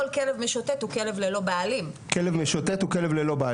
יש לי הערה, לא כל כלב משוטט הוא כלב ללא בעלים.